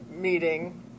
meeting